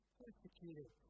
persecuted